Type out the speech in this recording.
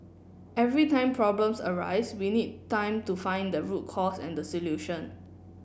every time problems arise we need time to find the root cause and the solution